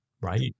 Right